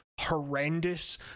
horrendous